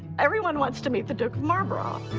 everyone wants to meet the duke of marlborough.